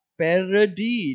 parody